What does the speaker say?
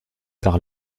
par